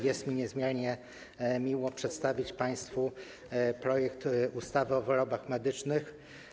Jest mi niezmiernie miło przedstawić państwu projekt ustawy o wyrobach medycznych.